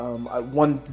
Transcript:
One